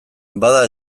bada